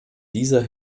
dieser